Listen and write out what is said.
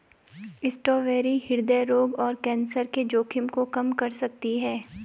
strawberry हृदय रोग और कैंसर के जोखिम को कम कर सकती है